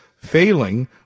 failing